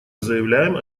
заявляем